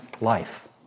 life